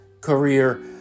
career